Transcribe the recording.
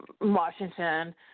Washington